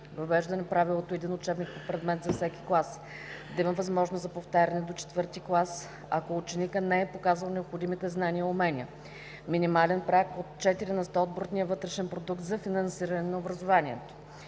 въвеждане правилото един учебник по предмет за всеки клас; - да има възможност за повтаряне до ІV клас, ако ученикът не е показал необходимите знания и умения; - минимален праг от 4 на сто от БВП за финансиране на образованието.